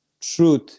truth